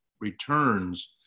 returns